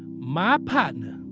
my partner,